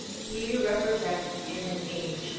he represents, in an age,